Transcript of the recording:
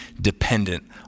dependent